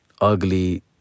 ugly